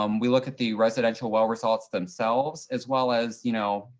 um we look at the residential well results themselves, as well as, you know,